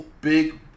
big